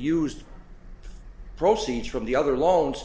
used proceeds from the other loans